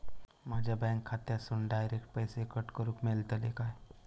माझ्या बँक खात्यासून डायरेक्ट पैसे कट करूक मेलतले काय?